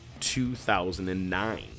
2009